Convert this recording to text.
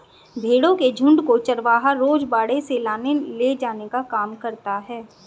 भेंड़ों के झुण्ड को चरवाहा रोज बाड़े से लाने ले जाने का काम करता है